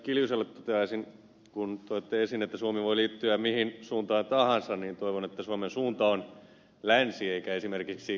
kimmo kiljuselle toteaisin kun toitte esiin että suomi voi liittyä mihin suuntaan tahansa että toivon että suomen suunta on länsi eikä esimerkiksi keski aasia